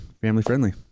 family-friendly